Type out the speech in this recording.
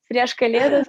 prieš kalėdas